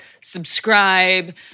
Subscribe